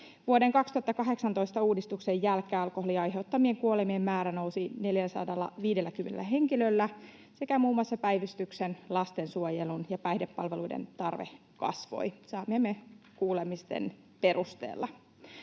Vuoden 2018 uudistuksen jälkeen alkoholin aiheuttamien kuolemien määrä nousi 450 henkilöllä sekä muun muassa päivystyksen, lastensuojelun ja päihdepalveluiden tarve kasvoi saamiemme kuulemisten perusteella.